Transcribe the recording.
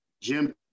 Jim